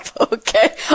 Okay